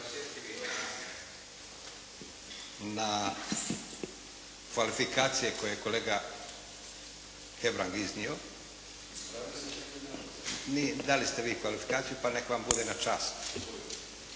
na kvalifikacije koje je kolega Hebrang iznio. …/Upadica se ne čuje./… Dali ste vi kvalifikaciju, pa nek vam bude na čast.